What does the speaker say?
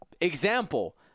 example